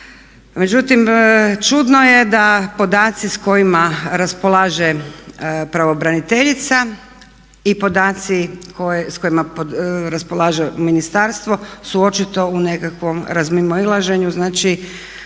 Međutim, čudno je da podaci s kojima raspolaže pravobraniteljica i podaci s kojima raspolaže ministarstvo su očito u nekakvom razmimoilaženju, znači